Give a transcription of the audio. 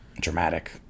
Dramatic